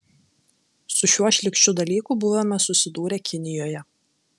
su šiuo šlykščiu dalyku buvome susidūrę kinijoje